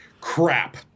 Crap